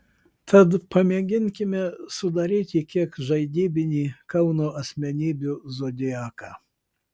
tad pamėginkime sudaryti kiek žaidybinį kauno asmenybių zodiaką